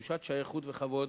תחושת שייכות וכבוד